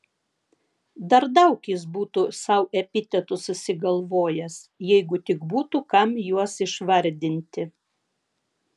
dar daug jis būtų sau epitetų susigalvojęs jeigu tik būtų kam juos išvardinti